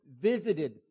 visited